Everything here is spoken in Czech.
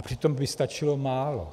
Přitom by stačilo málo.